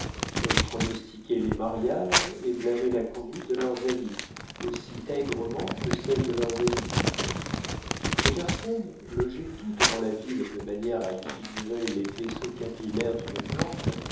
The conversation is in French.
elles pronostiquaient les mariages et blâmaient la conduite de leurs amies aussi aigrement que celle de leurs ennemies ces personnes logées toutes dans la ville de manière à y figurer les vaisseaux capillaires d'une plante